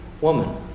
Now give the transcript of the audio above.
woman